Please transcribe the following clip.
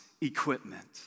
equipment